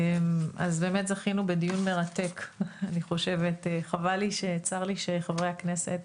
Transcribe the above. זכינו בדיון מרתק, חבל לי וצר לי שחברי הכנסת